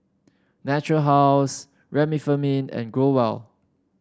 Natura House Remifemin and Growell